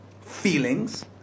feelings